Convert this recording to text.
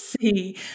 see